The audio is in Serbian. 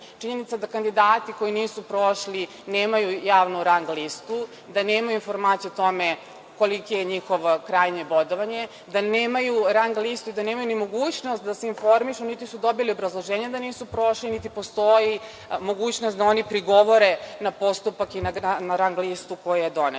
Činjenica da kandidati koji nisu prošlo nemaju javnu rang listu, da nemaju informaciju o tome koliko je njihovo krajnje bodovanje, da nemaju rang listu, da nemaju ni mogućnost da se informišu, niti su dobili obrazloženje da nisu prošli, niti postoji mogućnost da oni prigovore na postupak i na rang listu koja je